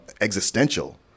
existential